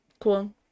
Cool